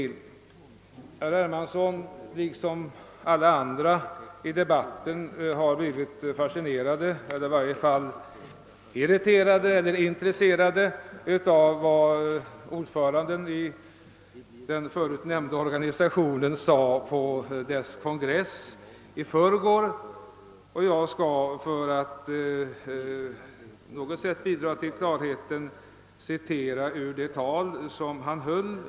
Herr Hermansson och alla andra i debatten har blivit fascinerade eller i varje fall irriterade eller intresserade av vad ordföranden i den förut omnämnda organisationen sade på dess kongress i förrgår, och jag skall försöka att på något sätt bidra till klarheten genom att citera ur det tal som han höll.